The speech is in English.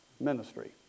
Ministry